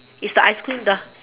it's the ice cream the